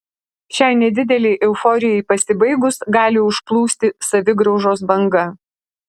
šiai nedidelei euforijai pasibaigus gali užplūsti savigraužos banga